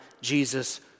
Jesus